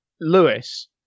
Lewis